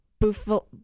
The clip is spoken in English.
buffalo